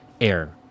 air